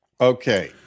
Okay